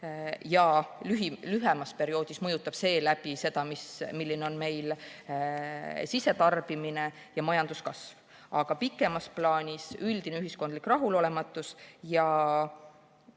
lühemas perioodis mõjutab seda, milline on meil sisetarbimine ja majanduskasv. Aga pikemas plaanis on meil üldine ühiskondlik rahulolematus ja